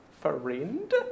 friend